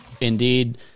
indeed